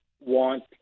want